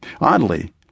Oddly